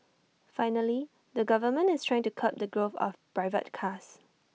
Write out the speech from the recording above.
finally the government is trying to curb the growth of private cars